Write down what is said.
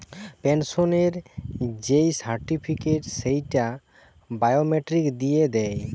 পেনসনের যেই সার্টিফিকেট, সেইটা বায়োমেট্রিক দিয়ে দেয়